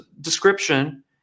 description